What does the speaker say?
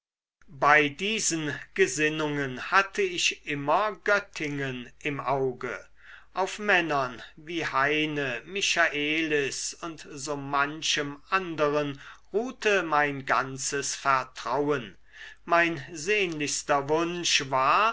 bei diesen gesinnungen hatte ich immer göttingen im auge auf männern wie heyne michaelis und so manchem anderen ruhte mein ganzes vertrauen mein sehnlichster wunsch war